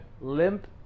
Limp